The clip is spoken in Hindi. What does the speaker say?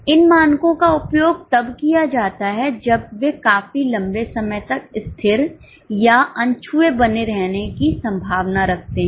इन मानकों का उपयोग तब किया जाता है जब वे काफी लंबे समय तक स्थिर या अनछुए बने रहने की संभावना रखते हैं